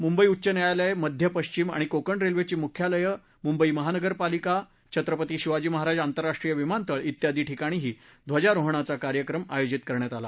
मुंबई उच्च न्यायालय मध्य पश्चिम आणि कोकण रेल्वेची मुख्यालयं मुंबई महानगरपालिका छत्रपती शिवाजी महाराज आंतरराष्ट्रीय विमानतळ वियादी ठिकाणीही ध्वजारोहणचा कार्यक्रम आयोजित करण्यात आला